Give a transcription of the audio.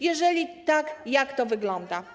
Jeżeli tak, jak to wygląda?